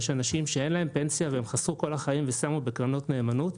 יש אנשים שאין להם פנסיה והם חסכו כל החיים ושמו בקרנות נאמנות,